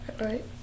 right